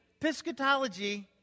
piscatology